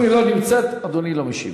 אם היא לא נמצאת, אדוני לא משיב.